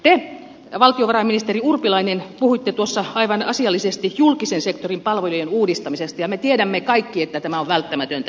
te valtiovarainministeri urpilainen puhuitte tuossa aivan asiallisesti julkisen sektorin palvelujen uudistamisesta ja me tiedämme kaikki että tämä on välttämätöntä